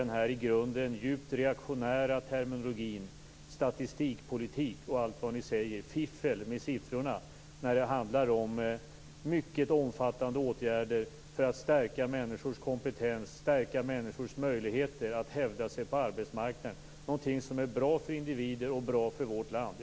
Ni talar om statistikpolitik och fiffel med siffrorna, när det handlar om mycket omfattande åtgärder för att stärka människors kompetens och deras möjligheter att hävda sig på arbetsmarknaden, något som är bra för individer och bra för vårt land.